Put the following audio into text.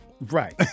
right